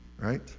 Right